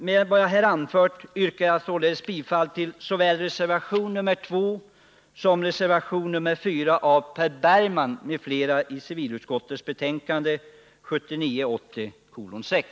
Med vad jag här anfört yrkar jag bifall till såväl reservation nr2 som reservation nr4 av Per Bergman m.fl. vid civilutskottets betänkande nr 6.